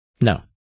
No